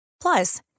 Plus